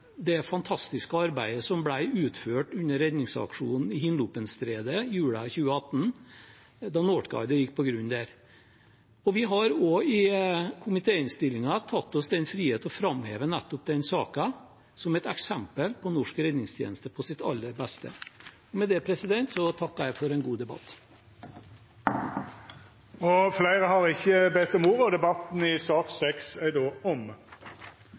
det fantastiske arbeidet som ble utført under redningsaksjonen i Hinlopenstredet jula 2018, da «Northguider» gikk på grunn der. Vi har også i komitéinnstillingen tatt oss den frihet å framheve nettopp den saken som et eksempel på norsk redningstjeneste på sitt aller beste. Med det takker jeg for en god debatt. Fleire har ikkje bedt om ordet til sak nr. 6. Etter ønske frå familie- og kulturkomiteen vil presidenten ordna debatten